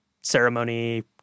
ceremony